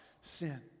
sin